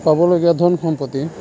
পাবলগীয়া ধন সম্পত্তি